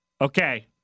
okay